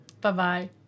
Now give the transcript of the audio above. Bye-bye